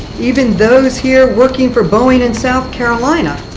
even those here working for boeing in south carolina,